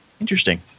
Interesting